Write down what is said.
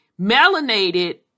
melanated